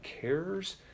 cares